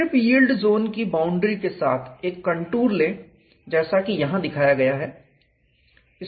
strip yield zone की boundary के साथ एक कंटूर लें जैसा कि यहां दिखाया गया है